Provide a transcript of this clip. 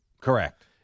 Correct